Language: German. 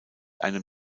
einem